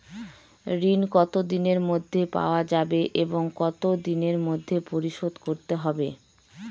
ঋণ কতদিনের মধ্যে পাওয়া যাবে এবং কত দিনের মধ্যে পরিশোধ করতে হবে?